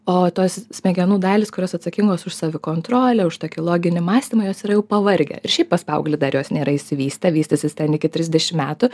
o tos smegenų dalys kurios atsakingos už savikontrolę už tokį loginį mąstymą jos yra jau pavargę ir šiaip pas paauglį dar jos nėra išsivystę vystysis ten iki trisdešimt metų